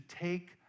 take